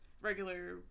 regular